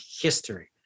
history